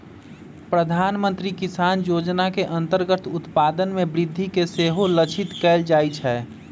प्रधानमंत्री किसान जोजना के अंतर्गत उत्पादन में वृद्धि के सेहो लक्षित कएल जाइ छै